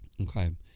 Okay